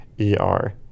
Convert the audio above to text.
E-R